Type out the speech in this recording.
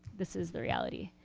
this is the reality.